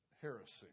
heresy